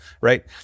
right